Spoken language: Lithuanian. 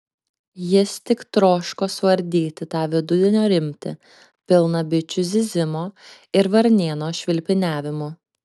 jis tik troško suardyti tą vidudienio rimtį pilną bičių zyzimo ir varnėno švilpiniavimų